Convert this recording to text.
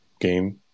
game